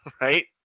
Right